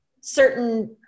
certain